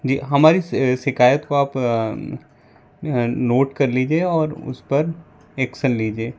जी हमारी शिकायत को आप नोट कर लीजिए और उस पर एक्सन लीजिए